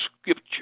scripture